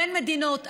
בין מדינות.